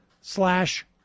slash